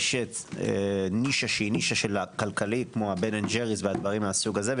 יש הנישה הכלכלית כומ בן אנד ג'ריס ודברים מסוג זה,